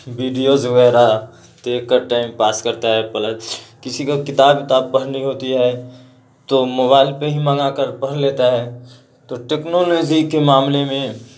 videos وغیرہ دیکھ کر ٹائم پاس کرتا ہے پلس کسی کو کتاب اتاب پڑھنی ہوتی ہے تو موبائل پہ ہی منگا کر پرھ لیتا ہے تو ٹیکنالوجی کے معاملے میں